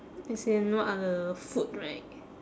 as in what are the food right